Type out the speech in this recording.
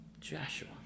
Joshua